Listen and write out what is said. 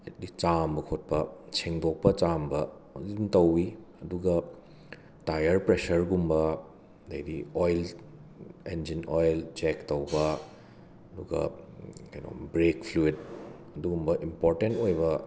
eight ꯂꯤꯁ ꯆꯥꯝꯕ ꯈꯣꯠꯄ ꯁꯦꯡꯗꯣꯛꯄ ꯆꯥꯝꯕ ꯑꯗꯨꯝ ꯇꯧꯋꯤ ꯑꯗꯨꯒ ꯇꯥꯏꯌꯔ ꯄ꯭ꯔꯦꯁꯔꯒꯨꯝꯕ ꯑꯗꯩꯗꯤ ꯑꯣꯏꯜꯁ ꯏꯟꯖꯤꯟ ꯑꯣꯏꯜ ꯆꯦꯛ ꯇꯧꯕ ꯑꯗꯨꯒ ꯀꯩꯅꯣ ꯕ꯭ꯔꯦꯛ ꯐ꯭ꯂꯨꯏꯗ ꯑꯗꯨꯒꯨꯝꯕ ꯏꯝꯄꯣꯔꯇꯦꯟ ꯑꯣꯏꯕ